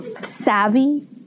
savvy